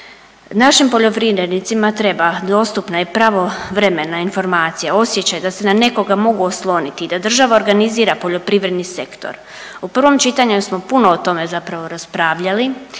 Našim poljoprivrednicima treba dostupna i pravovremena informacija, osjećaj da se na nekoga mogu osloniti i da država organizira poljoprivredni sektor. U prvom čitanju smo puno o tome zapravo raspravljali.